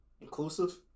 inclusive